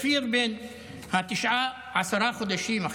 כפיר בן תשעה חודשים,